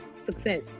success